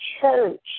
church